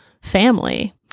family